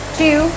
two